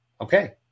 okay